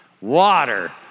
water